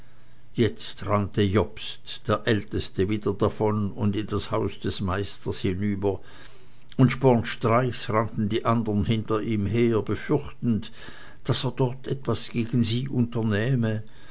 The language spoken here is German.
jetzt rannte jobst der älteste wieder davon und in das haus des meisters hinüber und spornstreichs rannten die andern hinter ihm her befürchtend daß er dort etwas gegen sie unternähme